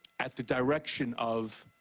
at the direction of,